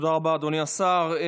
תודה רבה, אדוני השר.